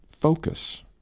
focus